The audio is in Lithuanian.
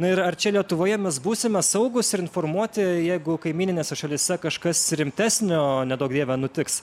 na ir ar čia lietuvoje mes būsime saugūs ir informuoti jeigu kaimyninėse šalyse kažkas rimtesnio neduok dieve nutiks